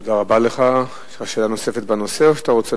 כרגע ישראל היא הנשיאה